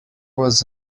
was